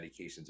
medications